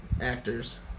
actors